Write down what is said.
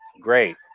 Great